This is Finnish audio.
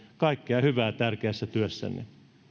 kaikkea hyvää tärkeässä työssänne